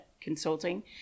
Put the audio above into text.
Consulting